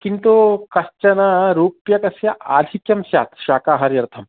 किन्तु कश्चन रूप्यकस्य आधिक्यं स्यात् शाकाहारी अर्थं